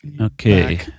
Okay